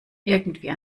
irgendwie